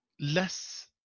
less